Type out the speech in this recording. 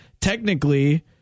Technically